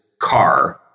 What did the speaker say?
car